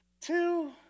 two